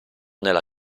nella